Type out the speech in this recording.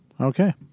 Okay